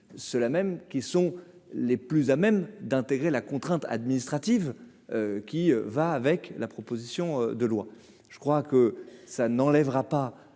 ceux-là mêmes qui sont les plus à même d'intégrer la contrainte administrative qui va avec la proposition de loi, je crois que ça n'enlèvera pas